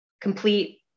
complete